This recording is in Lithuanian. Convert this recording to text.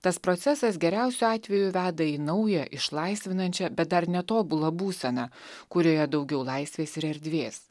tas procesas geriausiu atveju veda į naują išlaisvinančią bet dar netobulą būseną kurioje daugiau laisvės ir erdvės